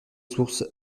sources